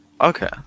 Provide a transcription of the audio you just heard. Okay